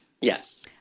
yes